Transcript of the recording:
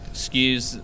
Excuse